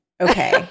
Okay